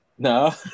No